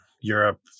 Europe